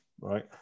right